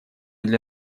для